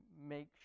make